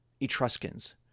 Etruscans